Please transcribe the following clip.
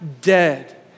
dead